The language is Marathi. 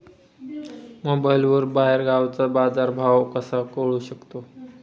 मोबाईलवर बाहेरगावचा बाजारभाव कसा कळू शकतो?